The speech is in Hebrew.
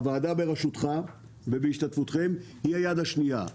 הוועדה בראשותך ובהשתתפותכם היא היד השנייה.